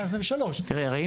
תראה,